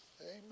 Amen